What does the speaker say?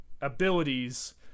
abilities